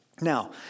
Now